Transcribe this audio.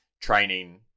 training